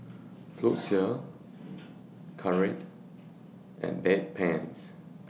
Floxia Caltrate and Bedpans